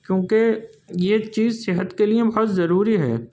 کیونکہ یہ چیز صحت کے لیے بہت ضروری ہے